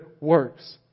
works